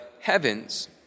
heavens